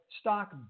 stock